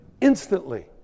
instantly